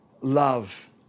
love